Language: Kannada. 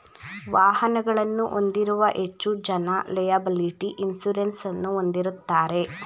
ವಾಹನಗಳನ್ನು ಹೊಂದಿರುವ ಹೆಚ್ಚು ಜನ ಲೆಯಬಲಿಟಿ ಇನ್ಸೂರೆನ್ಸ್ ಅನ್ನು ಹೊಂದಿರುತ್ತಾರೆ